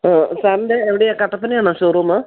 ആ സാറിൻ്റെ എവിടെയാണ് കട്ടപ്പനയാണോ ഷോറൂമ്